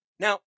Now